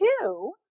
two